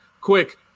quick